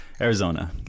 Arizona